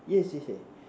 yes yes yes